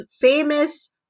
famous